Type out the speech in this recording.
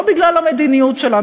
לא בגלל המדיניות שלנו,